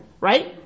right